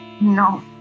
No